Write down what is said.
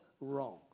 wrong